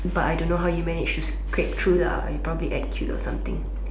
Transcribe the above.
but I don't know how you managed to scrape through lah you probably act cute or something